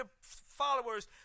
followers